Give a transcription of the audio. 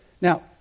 now